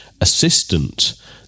assistant